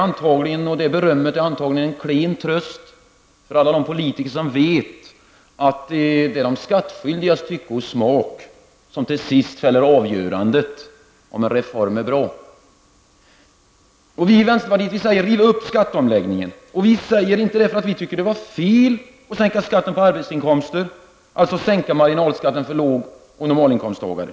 Det berömmet är antagligen en klen tröst för alla de politiker som vet att när det gäller skatt så är det de skattskyldigas tycke och smak som till sist fäller avgörandet om en reform är bra. Vi i vänsterpartiet säger: Riv upp skatteomläggningen. Vi säger inte det för att vi tycker att det var fel att sänka skatten på arbetsinkomster, dvs. sänka marginalskatten för låg och normalinkomsttagare.